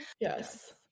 Yes